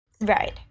Right